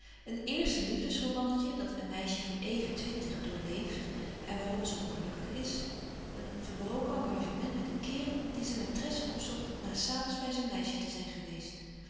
een éerste liefdesromannetje dat een meisje van even twintig doorleeft en waarom ze ongelukkig is een verbroken engagement met een kerel die zijn maîtresse opzocht na s avonds bij zijn meisje te zijn geweest